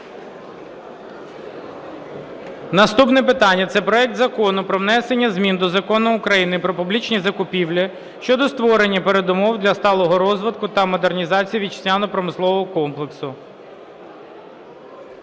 Наступне питання, це проект Закону про внесення змін до Закону України "Про публічні закупівлі" щодо створення передумов для сталого розвитку та модернізації вітчизняної промисловості